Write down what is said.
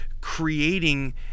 creating